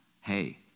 Hey